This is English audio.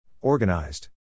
Organized